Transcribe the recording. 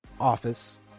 office